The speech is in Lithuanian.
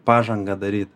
pažangą daryt